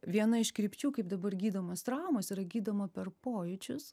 viena iš krypčių kaip dabar gydomos traumos yra gydoma per pojūčius